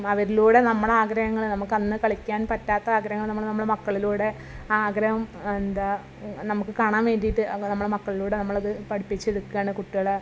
അവരിലൂടെ നമ്മളെ ആഗ്രഹങ്ങളെ നമുക്കന്ന് കളിക്കാൻ പറ്റാത്ത ആഗ്രഹങ്ങൾ നമ്മൾ നമ്മളെ മക്കളിലൂടെ ആ ആഗ്രഹം എന്താ നമുക്ക് കാണാൻ വേണ്ടിയിട്ട് നമ്മളെ മക്കളിലൂടെ നമ്മളത് പഠിപ്പിച്ചെടുക്കുകയാണ് കുട്ടികളെ